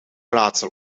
raadsel